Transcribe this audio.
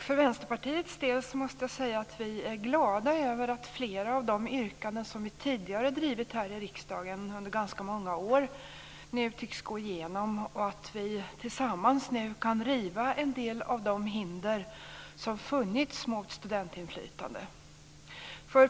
För Vänsterpartiets del vill jag säga att vi är glada att flera av de yrkanden som vi tidigare har drivit här i riksdagen under ganska många år nu tycks gå igenom och att vi tillsammans kan riva en del av de hinder som funnits mot studentinflytande.